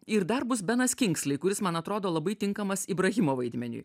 ir dar bus benas kinkslei kuris man atrodo labai tinkamas ibrahimo vaidmeniui